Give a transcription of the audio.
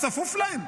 צפוף להם,